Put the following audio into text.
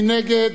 מי נגד?